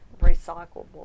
recyclable